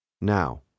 Now